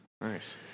Nice